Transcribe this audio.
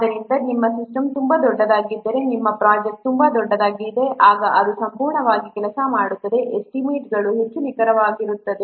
ಆದ್ದರಿಂದ ನಿಮ್ಮ ಸಿಸ್ಟಮ್ ತುಂಬಾ ದೊಡ್ಡದಾಗಿದ್ದರೆ ನಿಮ್ಮ ಪ್ರೊಜೆಕ್ಟ್ ತುಂಬಾ ದೊಡ್ಡದಾಗಿದೆ ಆಗ ಅದು ಸಂಪೂರ್ಣವಾಗಿ ಕೆಲಸ ಮಾಡುತ್ತದೆ ಎಸ್ಟಿಮೇಟ್ಗಳು ಹೆಚ್ಚು ನಿಖರವಾಗಿರುತ್ತವೆ